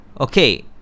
Okay